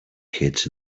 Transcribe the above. kids